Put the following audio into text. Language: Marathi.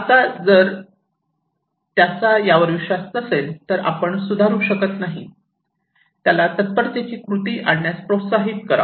आता जर त्याचा यावर विश्वास नसेल तर आपण सुधारू शकत नाही त्याला तत्परतेची कृती करण्यास प्रोत्साहित करा